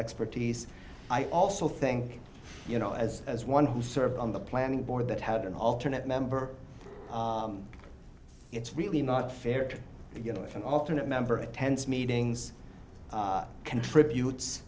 expertise i also think you know as as one who serves on the planning board that had an alternate member it's really not fair to get an alternate member attends meetings contributes